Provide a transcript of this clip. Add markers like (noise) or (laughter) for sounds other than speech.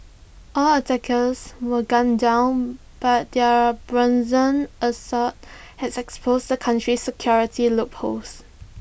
all attackers were gunned down but their brazen assault has (unintelligible) exposed the country's security loopholes